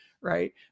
right